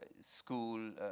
school